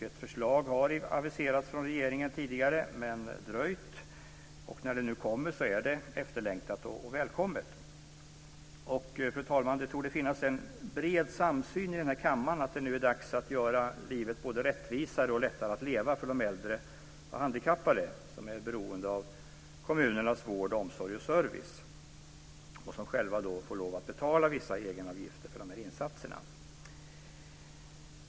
Ett förslag har aviserats från regeringen tidigare, men dröjt. När det nu kommer är det efterlängtat och välkommet. Fru talman! Det torde finnas en bred samsyn i denna kammare om att det nu är dags att göra livet både rättvisare och lättare att leva för de äldre och handikappade som är beroende av kommunernas vård, omsorg och service och som själva får betala vissa egenavgifter för dessa insatser.